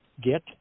get